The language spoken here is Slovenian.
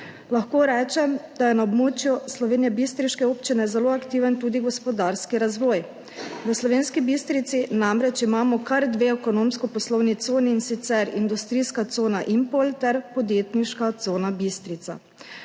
Lahko rečem, da je na območju slovenjebistriške občine zelo aktiven tudi gospodarski razvoj. V Slovenski Bistrici imamo namreč kar dve ekonomsko-poslovni coni, in sicer industrijska cona Impol ter podjetniška cona Bistrica.